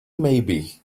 maybe